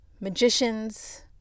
magicians